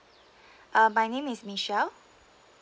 uh my name is Michelle